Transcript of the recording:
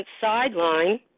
sideline